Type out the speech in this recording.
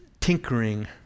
tinkering